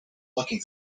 looking